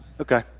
okay